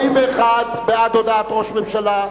41 בעד הודעת ראש הממשלה,